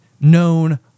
known